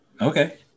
Okay